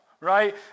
right